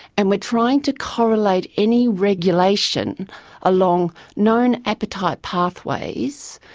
and we're trying to correlate any regulation along known appetite pathways,